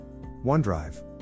OneDrive